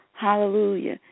Hallelujah